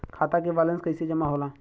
खाता के वैंलेस कइसे जमा होला?